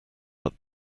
but